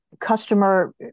customer